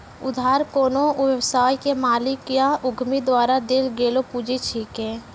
उधार कोन्हो व्यवसाय के मालिक या उद्यमी द्वारा देल गेलो पुंजी छिकै